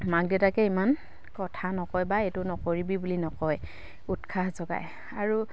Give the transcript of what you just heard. মাক দেউতাকে ইমান কথা নকয় বা এইটো নকৰিবি বুলি নকয় উৎসাহ যোগায় আৰু